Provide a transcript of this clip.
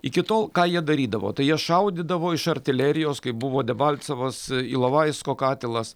iki tol ką jie darydavo tai jie šaudydavo iš artilerijos kai buvo debalcevas ilovaisko katilas